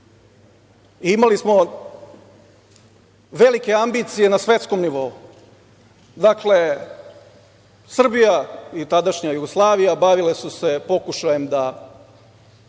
i imali smo velike ambicije na svetskom nivou. Srbija i tadašnja Jugoslavija bavile su se pokušajem da